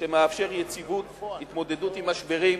שמאפשר יציבות, התמודדות עם משברים,